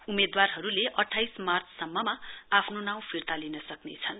उम्मेदवारहरूले अठाइस मार्च सम्ममा आफ्नो नाउँ फिर्ता लिन सक्नेछन्